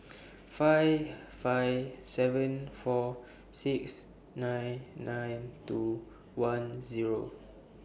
five five seven four six nine nine two one Zero